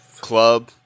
Club